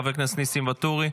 חבר הכנסת ניסים ואטורי,